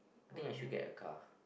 I think I should get a car